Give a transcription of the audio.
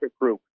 group